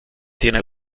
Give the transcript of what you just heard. tiene